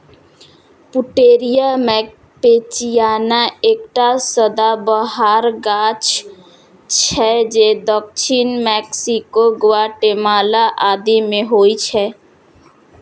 Pouteria campechiana एकटा सदाबहार गाछ छियै जे दक्षिण मैक्सिको, ग्वाटेमाला आदि मे होइ छै